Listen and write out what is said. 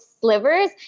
slivers